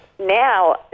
Now